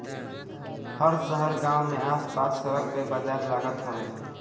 हर शहर गांव में आस पास सड़क पे बाजार लागत हवे